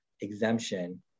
exemption